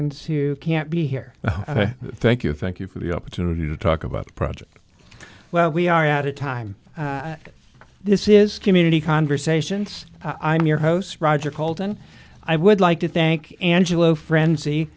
who can't be here thank you thank you for the opportunity to talk about a project well we are out of time this is community conversations i'm your host roger called and i would like to thank angelo frenzy